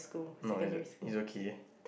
no it's it's okay